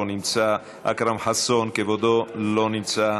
לא נמצא,